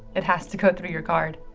it has to go through your card.